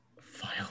file